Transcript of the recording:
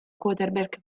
quarterback